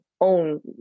own